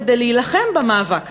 כדי להילחם במאבק הזה.